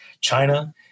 China